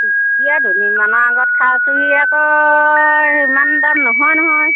দিয়া দুদিনমানৰ আগত খাইছিলোঁ আকৌ সিমান দাম নহয় নহয়